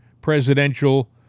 presidential